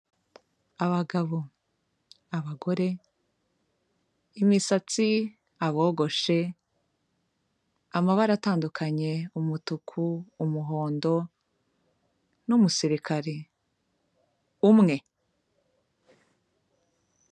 Abagabo, abagore, imisatsi, abogoshe, amabara atandukanye umutuku, umuhondo n'umusirikare umwe.